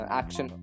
action